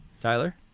Tyler